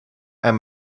and